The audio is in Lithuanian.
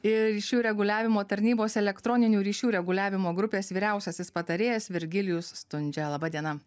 ir ryšių reguliavimo tarnybos elektroninių ryšių reguliavimo grupės vyriausiasis patarėjas virgilijus stundžia laba diena